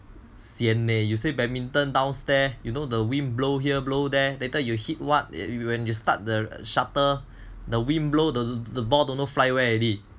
sian leh you say badminton downstairs you know the wind blow here blow there later you hit what when you start the shutter the wind blow the the ball don't know fly where already